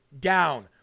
down